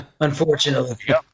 Unfortunately